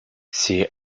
c’est